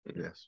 Yes